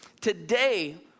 Today